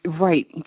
Right